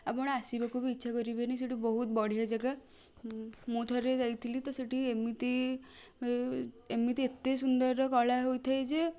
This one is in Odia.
ଆପଣ ଆସିବାକୁ ବି ଇଚ୍ଛା କରିବେନି ସେଠି ବହୁତ ବଢ଼ିଆ ଜାଗା ମୁଁ ଥରେ ଯାଇଥିଲି ତ ସେଠି ଏମିତି ଏମିତି ଏତେ ସୁନ୍ଦର କଳା ହୋଇଥାଏ ଯେ